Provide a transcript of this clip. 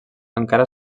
encara